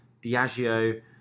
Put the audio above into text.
Diageo